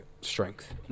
strength